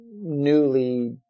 newly